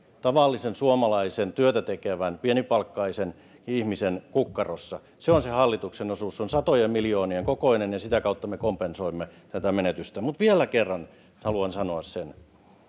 tavallisen suomalaisen työtä tekevän pienipalkkaisen ihmisen kukkarossa se on se hallituksen osuus se on satojen miljoonien kokoinen ja sitä kautta me kompensoimme tätä menetystä mutta vielä kerran haluan sanoa sen